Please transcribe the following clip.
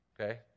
Okay